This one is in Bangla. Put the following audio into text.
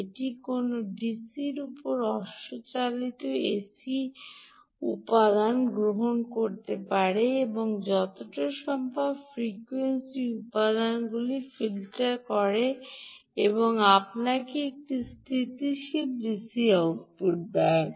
এটি কোনও ডিসির উপরে অশ্বচালিত এসি উপাদান গ্রহণ করতে পারে এবং যতটা সম্ভব ফ্রিকোয়েন্সি উপাদানগুলি ফিল্টার করে এবং আপনাকে একটি স্থিতিশীল ডিসি আউটপুট দেয়